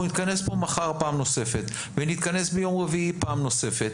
אנחנו נתכנס כאן מחר פעם נוספת ונתכנס ביום רביעי פעם נוספת